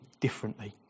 differently